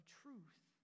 truth